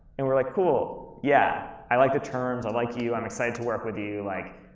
and we're like, cool, yeah, i like the terms, i like you, i'm excited to work with you, like,